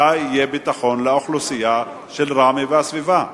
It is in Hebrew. מתי יהיה ביטחון לאוכלוסייה של ראמה והסביבה?